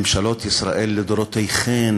ממשלות ישראל לדורותיכן,